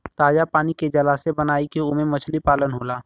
ताजा पानी के जलाशय बनाई के ओमे मछली पालन होला